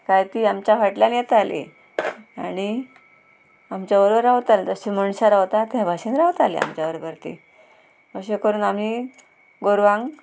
काय तीं आमच्या फाटल्यान येतालीं आणी आमच्या बरोबर रावतालीं जशीं मनशां रावता त्या भाशेन रावतालीं आमच्या बरोबर तीं अशें करून आमी गोरवांक